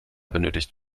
benötigt